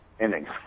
innings